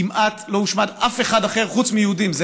כמעט לא הושמד אף אחד אחר חוץ מיהודים.